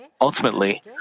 Ultimately